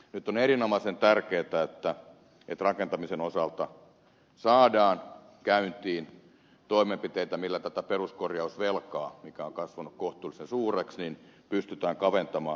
nyt on erinomaisen tärkeätä että rakentamisen osalta saadaan käyntiin toimenpiteitä millä tätä peruskorjausvelkaa mikä on kasvanut kohtuullisen suureksi pystytään kaventamaan